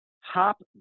Hop